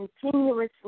continuously